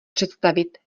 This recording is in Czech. představit